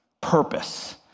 purpose